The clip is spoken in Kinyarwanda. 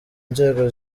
nzego